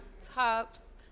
tops